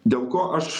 dėl ko aš